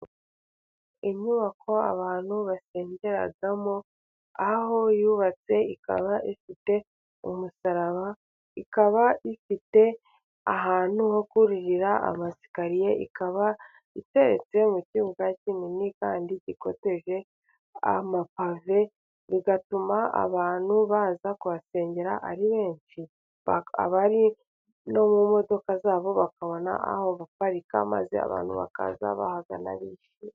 Inyubako abantu basengeramo, aho yubatse ikaba ifite umusaraba ikaba ifite ahantu ho kuririra amasikariye, ikaba iteretse mu kibuga kinini kandi ikoteje amapave, bigatuma abantu baza kuhasengera ari benshi abari no mu modoka zabo, bakabona aho baparika maze abantu bakaza bahagana......